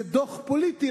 זה דוח פוליטי,